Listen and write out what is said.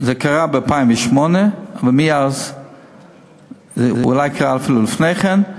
זה קרה ב-2008, אולי קרה אפילו לפני כן,